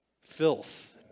Filth